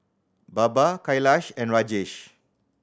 Baba Kailash and Rajesh